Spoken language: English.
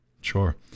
Sure